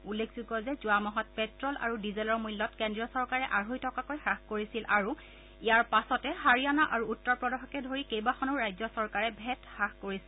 উল্লেখযোগ্য যে যোৱা মাহত পেট্'ল আৰু ডিজেলৰ মূল্যত কেন্দ্ৰীয় চৰকাৰে আঢ়ৈ টকাকৈ হ্ৰাস কৰিছিল আৰু ইয়াৰ পাছতে হাৰিয়ানা আৰু উত্তৰ প্ৰদেশকে ধৰি কেইবাখনো ৰাজ্য চৰকাৰে ভেট হ্ৰাস কৰিছিল